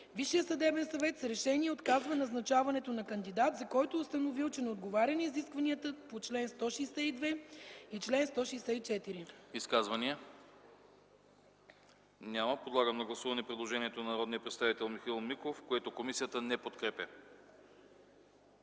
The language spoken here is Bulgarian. Висшият съдебен съвет с решение отказва назначаването на кандидат, за който е установил, че не отговаря на изискванията по чл. 162 и чл. 164.” ПРЕДСЕДАТЕЛ АНАСТАС АНАСТАСОВ: Изказвания? Няма. Подлагам на гласуване предложението на народния представител Михаил Миков, което комисията не подкрепя.